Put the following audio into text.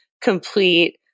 complete